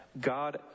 God